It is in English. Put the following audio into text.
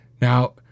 Now